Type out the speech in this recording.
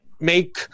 make